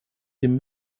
dem